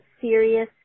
serious